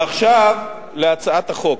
עכשיו, להצעת החוק.